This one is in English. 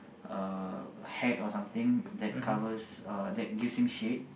a hat or something that covers uh that gives him shade